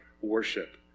worship